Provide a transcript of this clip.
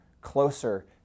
closer